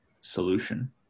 solution